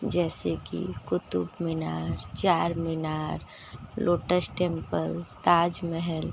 जैसे की Qutub Minar Char Minar lotus temple Taj महल